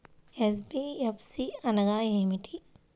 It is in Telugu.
ఎన్.బీ.ఎఫ్.సి అనగా ఏమిటీ?